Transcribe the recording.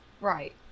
Right